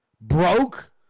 broke